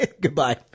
Goodbye